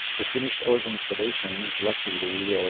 they finished all the installations, luckily,